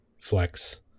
flex